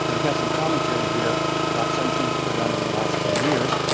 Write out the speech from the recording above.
we've got some commentary here about some things that were done over the last ten years.